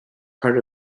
part